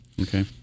Okay